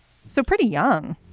so pretty young.